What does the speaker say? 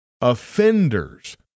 offenders